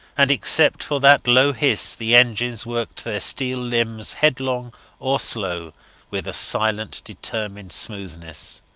and except for that low hiss the engines worked their steel limbs headlong or slow with a silent, determined smoothness.